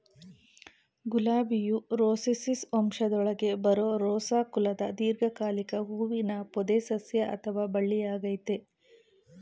ಗುಲಾಬಿಯು Rosaceae ವಂಶದೊಳಗೆ ಬರೋ Rosa ಕುಲದ ದೀರ್ಘಕಾಲಿಕ ಹೂವಿನ ಪೊದೆಸಸ್ಯ ಅಥವಾ ಬಳ್ಳಿಯಾಗಯ್ತೆ